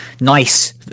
nice